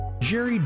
Jerry